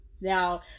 Now